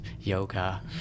yoga